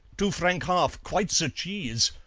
two franc half, quite ze cheese,